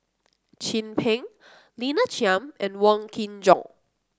Chin Peng Lina Chiam and Wong Kin Jong